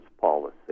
policy